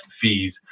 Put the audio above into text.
fees